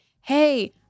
hey